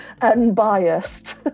unbiased